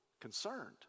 concerned